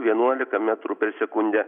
vienuolika metrų per sekundę